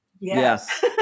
Yes